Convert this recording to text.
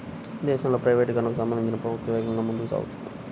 దేశంలో ప్రైవేటీకరణకు సంబంధించి ప్రభుత్వం వేగంగా ముందుకు సాగుతోంది